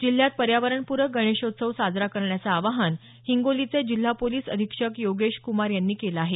जिल्ह्यात पर्योवरणपूरक गणेशोत्सव साजरा करण्याच आवाहन हिंगोलीचे जिल्हा पोलीस अधीक्षक योगेश कुमार यांनी केलं आहे